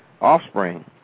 offspring